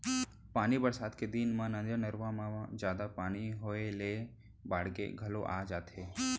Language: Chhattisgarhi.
पानी बरसात के दिन म नदिया, नरूवा म जादा पानी होए ले बाड़गे घलौ आ जाथे